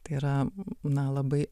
tai yra na labai